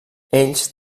ells